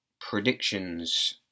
predictions